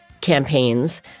campaigns